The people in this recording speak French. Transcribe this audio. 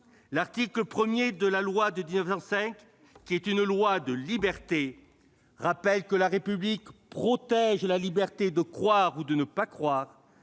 l'article 1 de la loi de 1905, une loi de liberté, affirme que la République protège la liberté de croire ou de ne pas croire